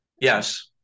Yes